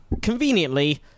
conveniently